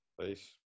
Peace